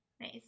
nice